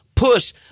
Push